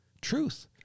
truth